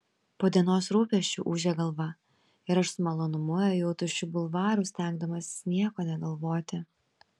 po dienos rūpesčių ūžė galva ir aš su malonumu ėjau tuščiu bulvaru stengdamasis nieko negalvoti